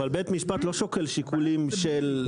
אבל בית המשפט לא שוקל שיקולים שונים.